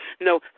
No